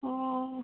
অঁ